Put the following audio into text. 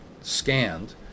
scanned